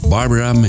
Barbara